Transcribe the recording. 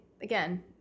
Again